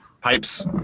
pipes